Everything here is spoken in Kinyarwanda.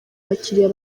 abakiliya